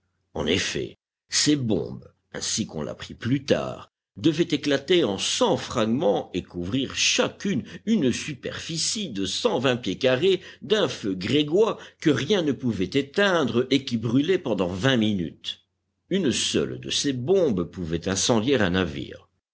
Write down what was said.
en effet ces bombes ainsi qu'on l'apprit plus tard devaient éclater en cent fragments et couvrir chacune une superficie de cent vingt pieds carrés d'un feu grégeois que rien ne pouvait éteindre et qui brûlait pendant vingt minutes une seule de ces bombes pouvait incendier un navire